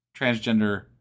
transgender